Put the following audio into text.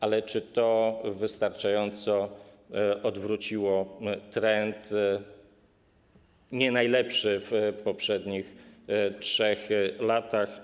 Ale czy to wystarczająco odwróciło trend, nie najlepszy w poprzednich 3 latach?